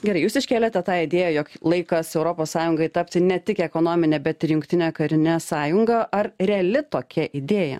gerai jūs iškėlėte tą idėją jog laikas europos sąjungai tapti ne tik ekonomine bet ir jungtine karine sąjunga ar reali tokia idėja